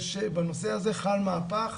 בנושא הזה חל מהפך,